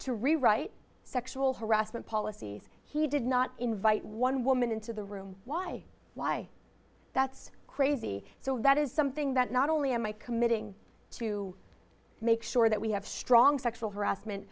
to rewrite sexual harassment policies he did not invite one woman into the room why why that's crazy so that is something that not only am i committing to make sure that we have strong sexual harassment